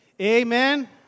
Amen